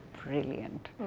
Brilliant